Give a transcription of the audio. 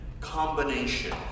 combination